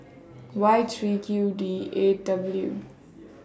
Y three Q D eight W